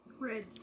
Reds